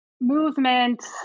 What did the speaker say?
movement